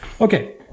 Okay